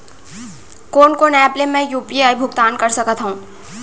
कोन कोन एप ले मैं यू.पी.आई भुगतान कर सकत हओं?